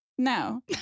No